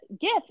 gift